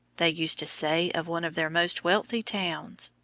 they used to say of one of their most wealthy towns.